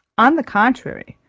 on the contrary,